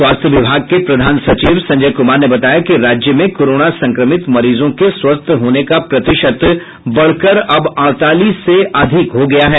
स्वास्थ्य विभाग के प्रधान सचिव संजय कुमार ने बताया कि राज्य में कोरोना संक्रमित मरीजों के स्वस्थ होने का प्रतिशत बढ़कर अब अड़तालीस से अधिक हो गया है